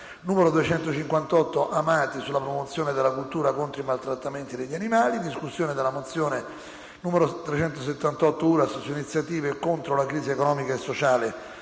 n. 258, Amati, sulla promozione della cultura contro i maltrattamenti degli animali - Mozione n. 378, Uras, su iniziative contro la crisi economica e sociale